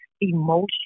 emotion